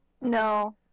No